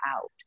out